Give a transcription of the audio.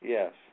Yes